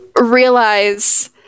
realize